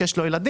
שיש לו ילדים,